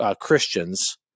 Christians